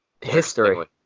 History